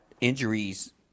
injuries